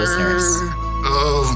listeners